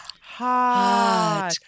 Hot